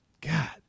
god